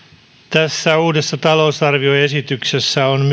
tässä uudessa talousarvioesityksessä on